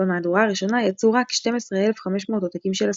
במהדורה הראשונה יצאו רק 12,500 עותקים של הספר.